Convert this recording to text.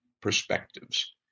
perspectives